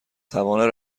توان